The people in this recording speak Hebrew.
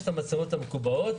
יש את המצלמות המקובעות,